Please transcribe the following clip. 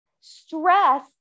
Stress